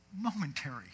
momentary